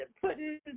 putting